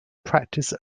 practice